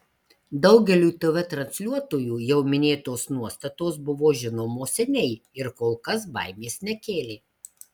daugeliui tv transliuotojų jau minėtos nuostatos buvo žinomos seniai ir kol kas baimės nekėlė